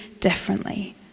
differently